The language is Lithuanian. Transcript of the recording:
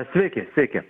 sveiki sveiki